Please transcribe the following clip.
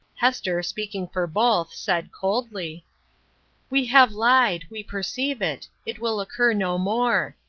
hester, speaking for both, said coldly we have lied we perceive it it will occur no more.